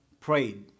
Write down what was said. prayed